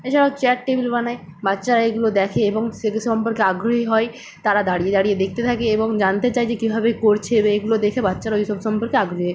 এছাড়াও chair table বানায় বাচ্চারা এগুলো দেখে এবং সে সম্পর্কে আগ্রহী হয় তারা দাঁড়িয়ে দাঁড়িয়ে দেখতে থাকে এবং জানতে চায় যে কীভাবে করছে এগুলো দেখে বাচ্চারা ওইসব সম্পর্কে আগ্রহী হয়